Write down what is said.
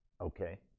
okay